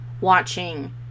watching